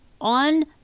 on